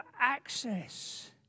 access